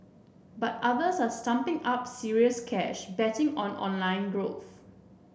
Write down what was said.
but others are stumping up serious cash betting on online growth